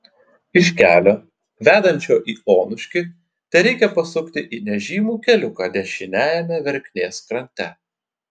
iš kelio vedančio į onuškį tereikia pasukti į nežymų keliuką dešiniajame verknės krante